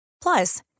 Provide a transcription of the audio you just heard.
Plus